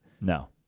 No